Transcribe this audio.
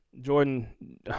Jordan